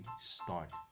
start